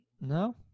No